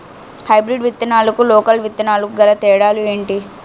Hybrid విత్తనాలకు local విత్తనాలకు గల తేడాలు ఏంటి?